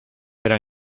eran